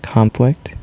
Conflict